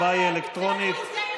על אהוביה סנדק,